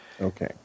Okay